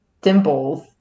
dimples